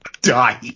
die